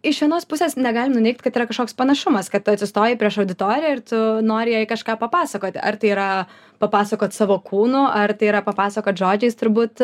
iš vienos pusės negalim nuneigt kad yra kažkoks panašumas kad atsistoji prieš auditoriją ir tu nori jai kažką papasakot ar tai yra papasakot savo kūnu ar tai yra papasakot žodžiais turbūt